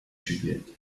juliette